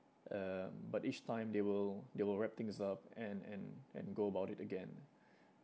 um but each time they will they will wrap things up and and and go about it again